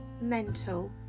mental